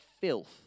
filth